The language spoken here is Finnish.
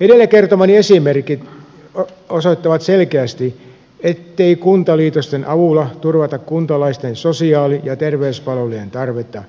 edellä kertomani esimerkit osoittavat selkeästi ettei kuntaliitosten avulla turvata kuntalaisten sosiaali ja terveyspalvelujen tarvetta